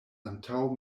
antaŭ